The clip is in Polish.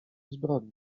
zbrodnię